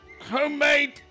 homemade